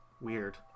weird